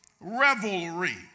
Revelry